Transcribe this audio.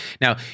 Now